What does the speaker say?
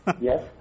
Yes